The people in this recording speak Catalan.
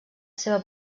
seva